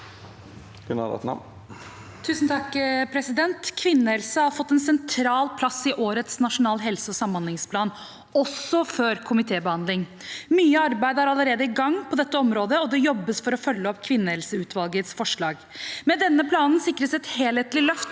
(A) Kvinnehelse har fått en sentral plass i årets Nasjonal helse- og samhandlingsplan, også før komitébehandling. Mye arbeid er allerede i gang på dette området, og det jobbes for å følge opp kvinnehelseutvalgets forslag. Med denne planen sikres et helhetlig løft